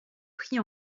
prix